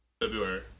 February